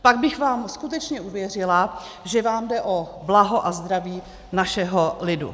Pak bych vám skutečně uvěřila, že vám jde o blaho a zdraví našeho lidu.